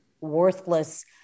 worthless